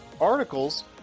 articles